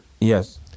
Yes